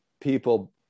people